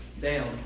down